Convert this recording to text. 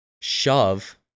shove